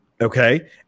Okay